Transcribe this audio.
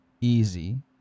easy